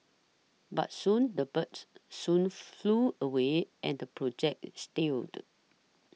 but soon the birds soon flew away and the project is stilled